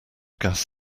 gas